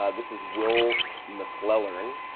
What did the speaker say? ah this is will mcclellern